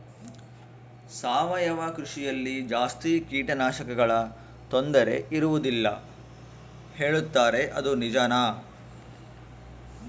ಸಾವಯವ ಕೃಷಿಯಲ್ಲಿ ಜಾಸ್ತಿ ಕೇಟನಾಶಕಗಳ ತೊಂದರೆ ಇರುವದಿಲ್ಲ ಹೇಳುತ್ತಾರೆ ಅದು ನಿಜಾನಾ?